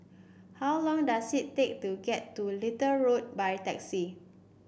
how long does it take to get to Little Road by taxi